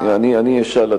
אני אשאל,